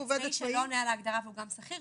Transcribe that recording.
עצמאי שלא עונה על ההגדרה והוא גם שכיר,